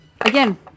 Again